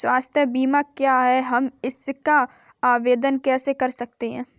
स्वास्थ्य बीमा क्या है हम इसका आवेदन कैसे कर सकते हैं?